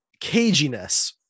caginess